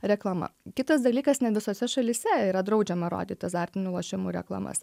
reklama kitas dalykas ne visose šalyse yra draudžiama rodyt azartinių lošimų reklamas